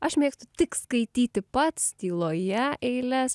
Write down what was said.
aš mėgstu tik skaityti pats tyloje eiles